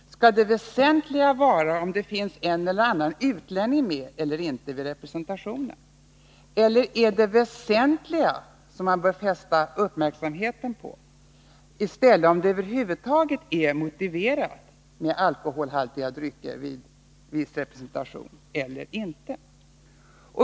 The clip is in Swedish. Skall det väsentliga vara om det finns en eller annan utlänning med vid representation? Eller bör man i 131 stället fästa uppmärksamheten på om det över huvud taget är motiverat med alkoholhaltiga drycker vid representation?